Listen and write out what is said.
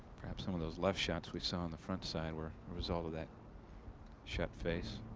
perhaps some of those less shots we saw on the front side were result of that shut face.